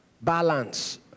Balance